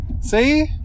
See